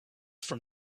from